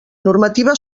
normativa